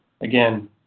again